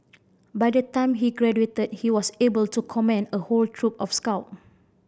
by the time he graduated he was able to command a whole troop of scout